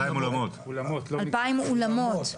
2,000 אולמות.